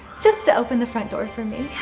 just to open the front door for me.